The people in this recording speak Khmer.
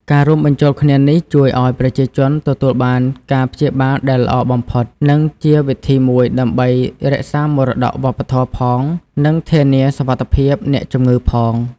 ការរួមបញ្ចូលគ្នានេះជួយឱ្យប្រជាជនទទួលបានការព្យាបាលដែលល្អបំផុត និងជាវិធីមួយដើម្បីរក្សាមរតកវប្បធម៌ផង និងធានាសុវត្ថិភាពអ្នកជំងឺផង។